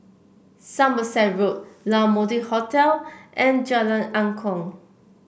Somerset Road La Mode Hotel and Jalan Angklong